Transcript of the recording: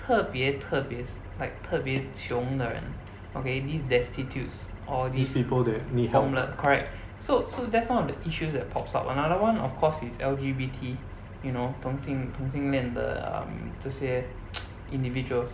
特别特别 like 特别穷的人 okay these destitutes or these homele~ correct so so that's one of the issues that pops up another one of course is L_G_B_T you know 同性恋的 um 这些 individuals